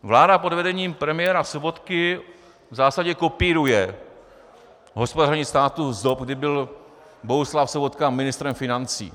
Vláda pod vedením premiéra Sobotky v zásadě kopíruje hospodaření státu z dob, kdy byl Bohuslav Sobotka ministrem financí.